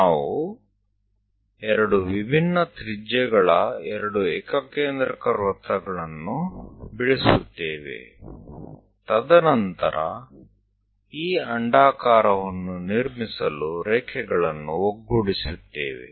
આપણે બે જુદી જુદી ત્રિજ્યાના સમ કેન્દ્રીય બે વર્તુળો દોરીશું અને પછી આ લીટીઓને પરવલય રચવા માટે જોડીશું